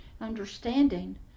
understanding